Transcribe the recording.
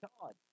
God